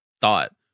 thought